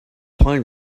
playing